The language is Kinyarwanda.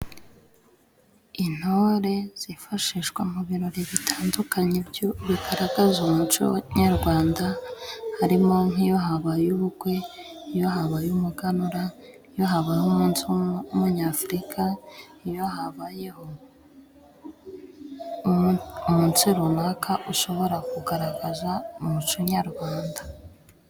Intore zifashishwa mu birori bitandukanye byo bigaragaza umuco nyarwanda, harimo nk'iyo habaye ubukwe, iyo habaye umuganura, iyo habayeho umunsi w'umunyafurika, iyo habayeho umunsi runaka ushobora kugaragaza umuco nyarwanda.